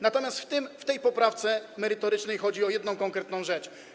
Natomiast w tej poprawce merytorycznie chodzi o jedną konkretną rzecz.